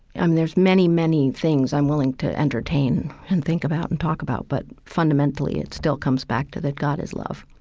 there's many, many things i'm willing to entertain and think about and talk about, but fundamentally it still comes back to that god is love.